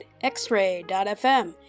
x-ray.fm